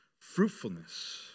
fruitfulness